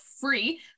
free